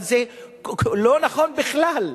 אבל זה לא נכון בכלל.